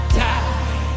die